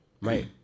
right